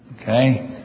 Okay